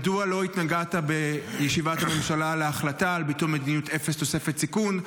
מדוע לא התנגדת בישיבת הממשלה להחלטה על ביטול מדיניות אפס תוספת סיכון,